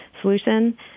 solution